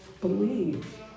Believe